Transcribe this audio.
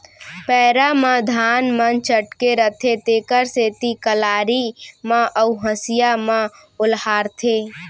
पैरा म धान मन चटके रथें तेकर सेती कलारी म अउ हँसिया म ओलहारथें